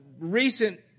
recent